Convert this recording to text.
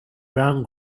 brown